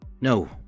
No